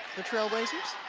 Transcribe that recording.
the trailblazers.